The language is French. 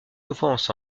quelquefois